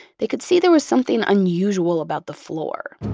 they could see there was something unusual about the floor.